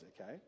okay